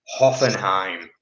Hoffenheim